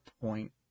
point